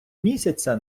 місяця